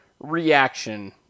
reaction